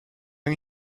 han